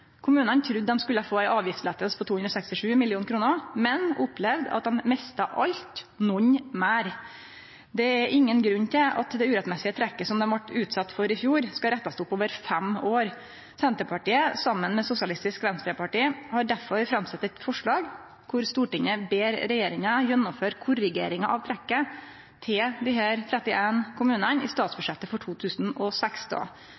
Kommunane trudde dei skulle få ein avgiftslette på 267 mill. kr, men opplevde at dei mista alt – nokon av dei meir. Det er ingen grunn til at det urettmessige trekket som dei vart utsette for i fjor, skal rettast opp over fem år. Senterpartiet har saman med Sosialistisk Venstreparti derfor framsett eit forslag der Stortinget ber regjeringa gjennomføre korrigering av trekket til desse 31 kommunane i